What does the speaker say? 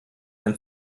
ein